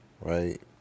right